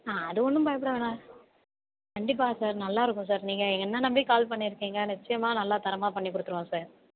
ஆ அது ஒன்றும் பயப்பட வேணாம் கண்டிப்பாக சார் நல்லாருக்கும் சார் நீங்கள் என்ன நம்பி கால் பண்ணிருக்கீங்க நிச்சியமாக நல்லா தரமாக பண்ணி கொடுத்துருவோம் சார்